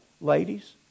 ladies